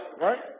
Right